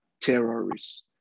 terrorists